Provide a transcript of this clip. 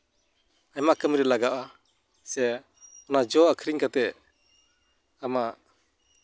ᱟᱭᱢᱟ ᱠᱟᱹᱢᱤ ᱨᱮ ᱞᱟᱜᱟᱜᱼᱟ ᱥᱮ ᱚᱱᱟ ᱡᱚ ᱟᱹᱠᱷᱨᱤᱧ ᱠᱟᱛᱮ ᱟᱢᱟᱜ